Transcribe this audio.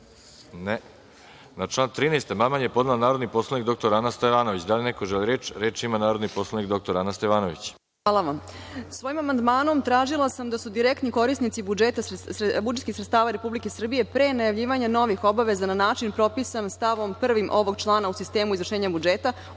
(Ne.)Na član 13. amandman je podnela narodni poslanik dr Ana Stevanović. Da li neko želi reč? (Da.)Reč ima narodni poslanik dr Ana Stevanović. **Ana Stevanović** Hvala vam. Svojim amandmanom tražila sam da su direktni korisnici budžetskih sredstava Republike Srbije, pre najavljivanja novih obaveza na način propisan stavom 1. ovog člana u sistemu izvršenja budžeta,